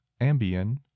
ambien